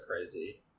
crazy